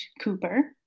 Cooper